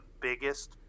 biggest